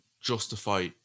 justify